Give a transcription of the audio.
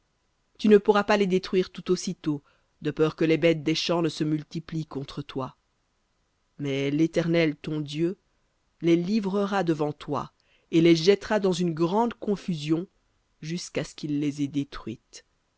tu ne pourras pas les détruire tout aussitôt de peur que les bêtes des champs ne se multiplient contre toi mais l'éternel ton dieu les livrera devant toi et les jettera dans une grande confusion jusqu'à ce qu'il les ait détruites